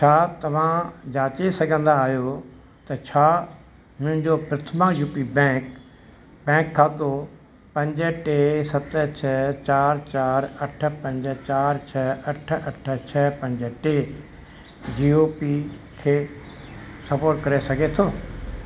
छा तव्हां जांचे सघंदा आहियो त छा मुंहिंजो Prathama U P bank bank खातो पंज टे सत छह चारि चारि अठ पंज चारि छह अठ अठ छह पंज टे जीओ पी खे सपोर्ट करे सघे थो